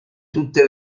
tutte